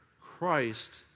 Christ